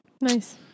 Nice